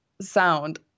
sound